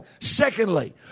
Secondly